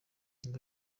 ngiyo